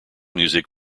music